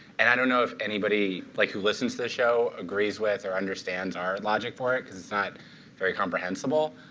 and i don't know if anybody like who listens to the show agrees with or understands our logic for it. because it's not very comprehensible.